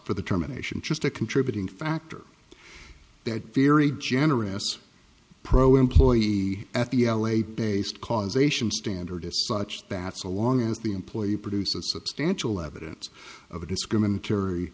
for the terminations just a contributing factor that very generous pro employee at the l a based causation standard is such bad so long as the employee produces substantial evidence of a discriminatory